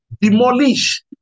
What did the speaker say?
Demolish